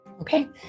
Okay